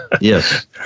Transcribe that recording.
Yes